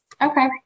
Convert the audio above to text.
Okay